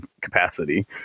capacity